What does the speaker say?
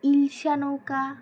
ইলশা নৌকা